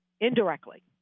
indirectly